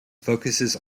focuses